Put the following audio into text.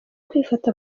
kwifata